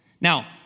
Now